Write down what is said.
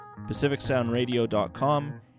pacificsoundradio.com